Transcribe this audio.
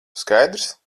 skaidrs